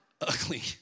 Ugly